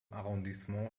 arrondissement